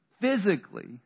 physically